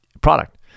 product